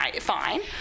fine